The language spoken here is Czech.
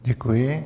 Děkuji.